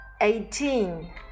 eighteen